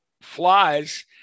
flies